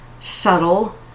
subtle